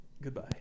Goodbye